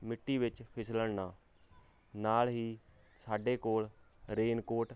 ਮਿੱਟੀ ਵਿੱਚ ਫਿਸਲਣ ਨਾ ਨਾਲ ਹੀ ਸਾਡੇ ਕੋਲ ਰੇਨ ਕੋਟ